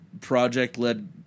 project-led